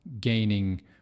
gaining